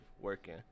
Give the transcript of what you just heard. working